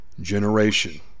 generation